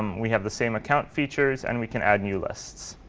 we have the same account features, and we can add new lists.